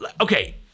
Okay